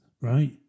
right